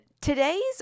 today's